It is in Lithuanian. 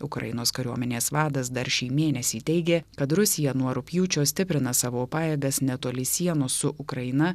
ukrainos kariuomenės vadas dar šį mėnesį teigė kad rusija nuo rugpjūčio stiprina savo pajėgas netoli sienos su ukraina